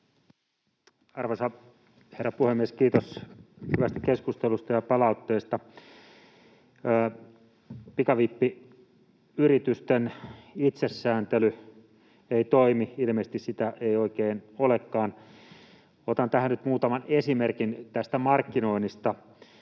Arvoisa herra puhemies! Kiitos hyvästä keskustelusta ja palautteesta. Pikavippiyritysten itsesääntely ei toimi, ilmeisesti sitä ei oikein olekaan. Otan tähän nyt muutaman esimerkin tästä markkinoinnista.